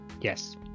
Yes